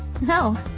No